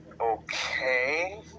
Okay